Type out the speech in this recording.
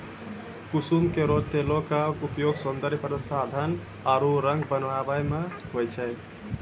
कुसुम केरो तेलो क उपयोग सौंदर्य प्रसाधन आरु रंग बनावै म होय छै